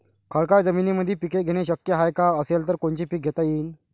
खडकाळ जमीनीमंदी पिके घेणे शक्य हाये का? असेल तर कोनचे पीक घेता येईन?